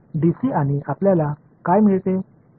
DC आणि आपल्याला काय मिळते 0